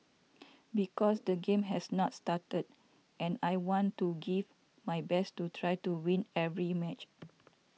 because the game has not started and I want to give my best to try to win every match